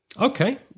Okay